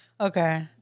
Okay